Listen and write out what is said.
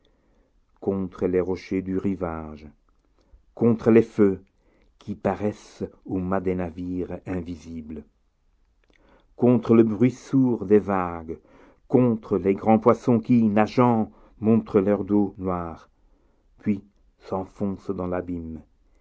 contre les rochers du rivage contre les feux qui paraissent aux mâts des navires invisibles contre le bruit sourd des vagues contre les grands poissons qui nageant montrent leur dos noir puis s'enfoncent dans l'abîme